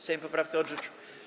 Sejm poprawkę odrzucił.